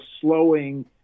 slowing